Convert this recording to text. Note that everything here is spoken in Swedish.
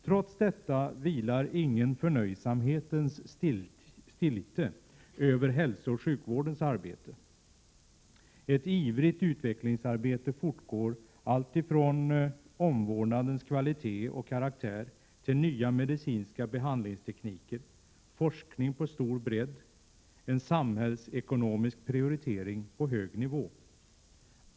Trots detta vilar ingen förnöjsamhetens stiltje över hälsooch sjukvårdens arbete. Ett ivrigt utvecklingsarbete fortgår alltifrån omvårdnadens kvalitet och karaktär till nya medicinska behandlingstekniker, forskning på stor bredd, en samhällsekonomisk prioritering på hög nivå.